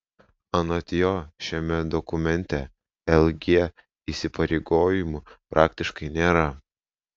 anot jo šiame dokumente lg įsipareigojimų praktiškai nėra